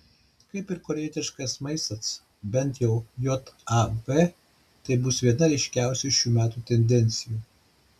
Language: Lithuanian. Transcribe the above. kaip ir korėjietiškas maistas bent jau jav tai bus viena ryškiausių šių metų tendencijų